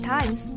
Times